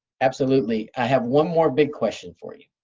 absolutely. i have one more big question for you.